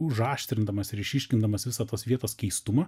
užaštrindamas ir išryškindamas visą tos vietos keistumą